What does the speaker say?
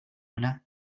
هنا